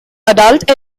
adult